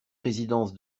résidence